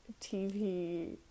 TV